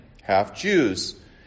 half-Jews